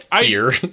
Beer